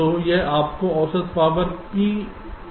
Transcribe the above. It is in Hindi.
तो यह आपको औसत पावर Pavg देगा